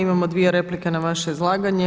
Imamo dvije replike na vaše izlaganje.